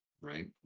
right